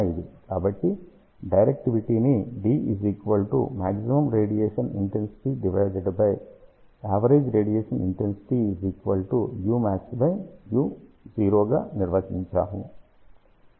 కాబట్టి డైరెక్టివిటీని గా నిర్వచించారు